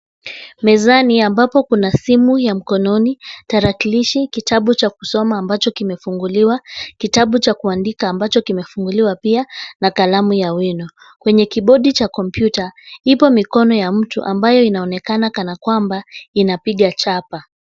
Mezani ambapo kuna simu ya mkononi, tarakilishi, kitabu cha kusoma ambacho kimefunguliwa, kitabu cha kuandika ambacho kimefunguliwa pia, na kalamu ya wino. Kwenye kibodi cha kompyuta, ipo mikono ya mtu ambayo inaonekana kana kwamba inapiga chapa.